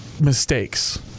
mistakes